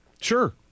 Sure